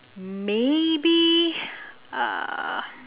maybe uh